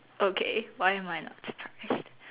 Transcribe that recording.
okay why am I not surprised